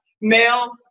male